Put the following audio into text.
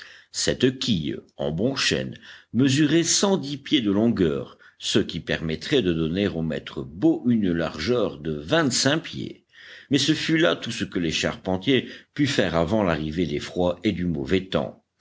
cette quille en bon chêne mesurait cent dix pieds de longueur ce qui permettrait de donner au maître bau une largeur de vingtcinq pieds mais ce fut là tout ce que les charpentiers purent faire avant l'arrivée des froids et du mauvais temps